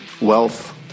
wealth